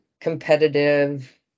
competitive